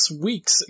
week's